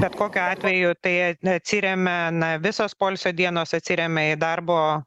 bet kokiu atveju tai atsiremia na visos poilsio dienos atsiremia į darbo